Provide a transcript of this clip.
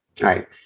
right